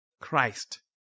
Christ